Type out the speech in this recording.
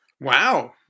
wow